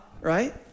right